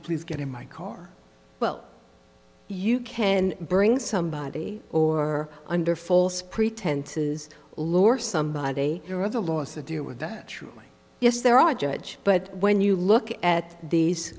please get in my car well you can bring somebody or under false pretenses lor somebody or other lost a deal with that yes there are a judge but when you look at these